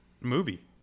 movie